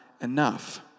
enough